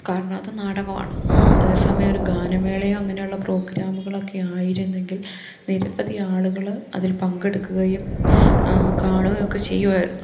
കാരണമത് നാടകവാണ് അതേ സമയം ഒരു ഗാനമേളയോ അങ്ങനെയുള്ള പ്രോഗ്രാമുകളൊക്കെ ആയിരുന്നെങ്കിൽ നിരവധി ആളുകള് അതിൽ പങ്കെടുക്കുകയും കാണുകയൊക്കെ ചെയ്യുവായിരുന്നു